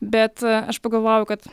bet aš pagalvojau kad